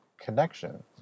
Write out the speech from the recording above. connection